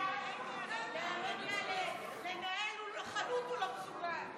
כשנותנים לבן אדם כמו בן גביר כזה תפקיד.